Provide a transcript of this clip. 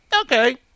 Okay